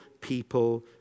people